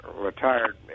retired